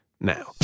now